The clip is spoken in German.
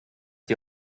die